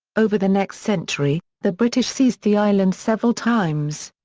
over the next century, the british seized the island several times.